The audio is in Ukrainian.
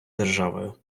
державою